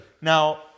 Now